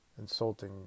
insulting